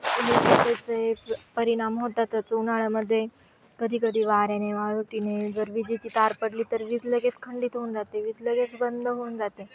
परिणाम होतातच उन्हाळ्यामध्ये कधी कधी वाऱ्याने वाळोटीने जर विजेची तार पडली तर वीज लगेच खंडित होऊन जाते वीज लगेच बंद होऊन जाते